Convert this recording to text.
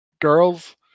girls